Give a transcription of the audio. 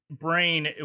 brain